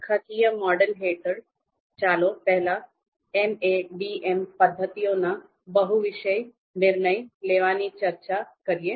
માળખાકીય મોડેલ હેઠળ ચાલો પહેલા MADM પદ્ધતિઓનાં બહુ વિશેષ નિર્ણય લેવાની ચર્ચા કરીએ